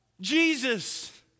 Jesus